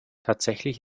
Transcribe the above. tatsächlich